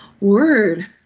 Word